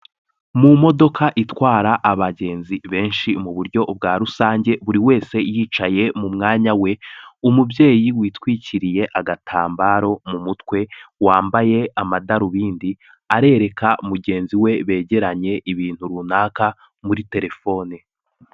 Mu modoka itwara abagenzi benshi muburyo bwa rusange buri wese yicaye mu mwanya we, umubyeyi witwikiriye agatambaro mu mutwe wambaye amadarubindi arereka mugenzi we begeranye ibintu runaka muri telefone.